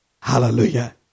Hallelujah